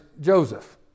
Joseph